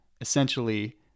essentially